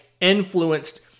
influenced